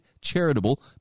charitable